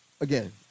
again